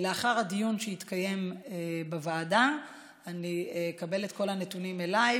לאחר הדיון שיתקיים בוועדה אני אקבל את כל הנתונים אליי,